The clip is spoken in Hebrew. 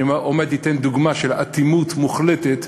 אני עומד לתת דוגמה של אטימות מוחלטת,